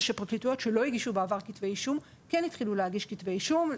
פרקליטויות שלא הגישו בעבר כתבי אישום כן התחילו להגיש כתבי אישום.